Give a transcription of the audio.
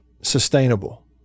sustainable